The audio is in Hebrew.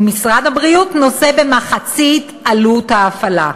ומשרד הבריאות נושא במחצית עלות ההפעלה.